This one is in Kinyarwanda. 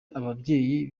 ababyeyi